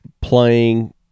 playing –